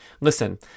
Listen